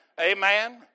Amen